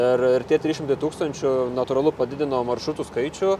ir ir tie trys šimtai tūkstančių natūralu padidino maršrutų skaičių